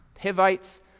Hivites